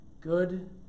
Good